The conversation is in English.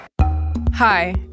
Hi